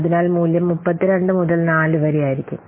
അതിനാൽ മൂല്യം 32 മുതൽ 4 വരെ ആയിരിക്കും